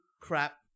crap